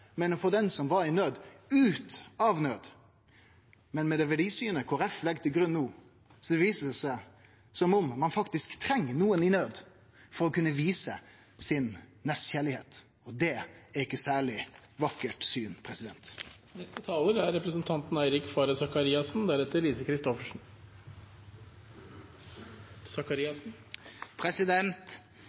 men å få den som var i naud, ut av naud. Med det verdisynet Kristeleg Folkeparti legg til grunn no, ser det ut som om ein faktisk treng nokon i naud for å kunne vise nestekjærleiken sin. Det er ikkje eit særleg vakkert syn. Jeg la merke til at statsråden ikke besvarte mitt spørsmål i replikkordvekslingen. Hvis det er